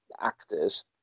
actors